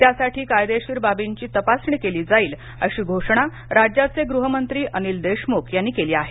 त्यासाठी कायदेशीर बाबींची तपासणी केली जाईल अशी घोषणा राज्याचे गृहमंत्री अनिल देशमुख यांनी केली आहे